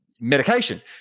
medication